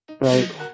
right